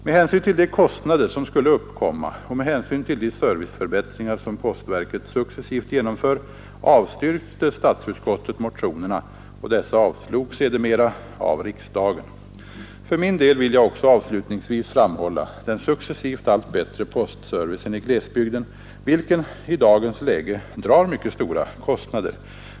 Med hänsyn till de kostnader som skulle uppkomma och med hänsyn till de serviceförbättringar som postverket successivt genomför avstyrkte statsutskottet motionerna och dessa avslogs sedermera av riksdagen. För min del vill jag också avslutningsvis framhålla den successivt allt bättre postservicen i glesbygden, vilken i dagens läge drar mycket stora kostnader.